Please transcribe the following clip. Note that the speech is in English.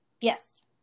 yes